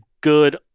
good